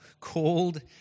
Called